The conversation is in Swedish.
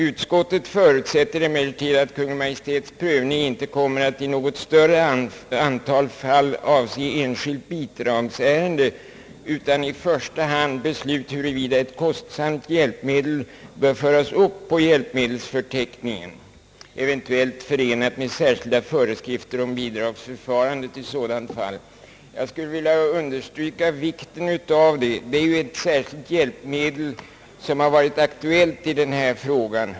Utskottet förutsätter emellertid att Kungl. Maj:ts prövning inte kommer att i något större antal fall avse enskilt bidragsärende utan i första hand beslut huruvida ett kostsamt hjälpmedel bör föras upp på hjälpmedelsförteckningen, eventuellt i förening med särskilda föreskrifter om bidragsförfarandet i sådant fall. Jag skulle vilja understryka vikten av detta. Det är ett särskilt hjälpmedel som varit aktuellt i denna fråga.